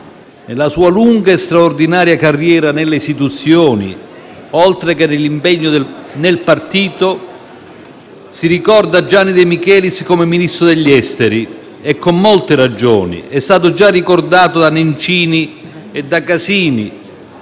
Della sua lunga e straordinaria carriera nelle istituzioni, oltre all'impegno nel partito, si ricorda Gianni De Michelis come Ministro degli esteri e con molte ragioni. È stata già ricordata dai senatori Nencini e Casini